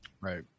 right